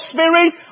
Spirit